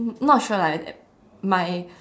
not sure lah my